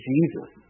Jesus